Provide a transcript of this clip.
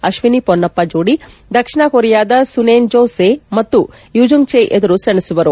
ಅತ್ವಿನಿ ಮೊನ್ನಪ್ಪ ಜೋಡಿ ದಕ್ಷಿಣ ಕೋರಿಯಾದ ಸುನೇನ್ ಜೋ ಸೇ ಮತ್ತು ಯುಜಂಗ್ ಚೇ ಎದುರು ಸೆಣಸುವರು